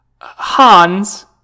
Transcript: Hans